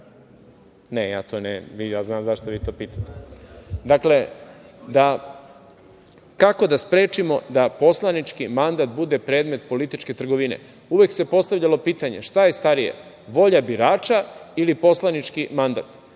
za moj predlog. Ne, ja znam zašto vi to pitate. Dakle, kako da sprečimo da poslanički mandat bude predmet političke trgovine? Uvek se postavljalo pitanje šta je starije - volja birača ili poslanički mandat?